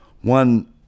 One